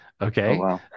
okay